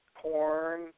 porn